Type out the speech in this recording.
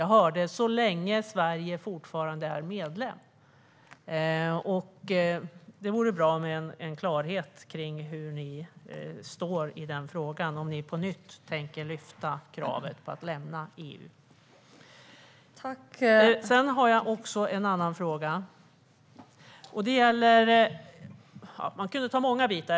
Jag hörde: så länge Sverige fortfarande är medlem. Det vore bra med en klarhet kring hur ni står i frågan och om ni på nytt tänker lyfta kravet på att lämna EU. Jag har ytterligare en fråga. Man skulle kunna ta många bitar.